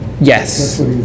Yes